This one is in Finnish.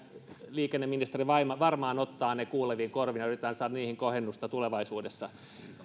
liikenneministeri varmaan ottaa ne kuuleviin korviinsa ja yritetään saada niihin kohennusta tulevaisuudessa